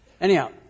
Anyhow